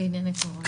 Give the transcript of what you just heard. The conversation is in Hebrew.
בענייני קורונה.